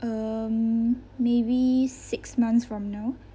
um maybe six months from now